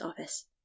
office